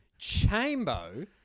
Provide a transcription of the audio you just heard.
Chambo